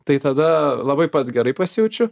tai tada labai pats gerai pasijaučiu